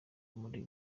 muri